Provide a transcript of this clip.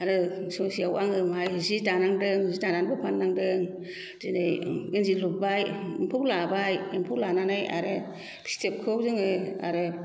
आरो ससेयाव आङोहाय जि दानांदों जि दानानैबो फाननांदों दिनै इन्दि लुबाय एम्फौ लाबाय एम्फौ लानानै आरो फिथोबखौ जोङो आरो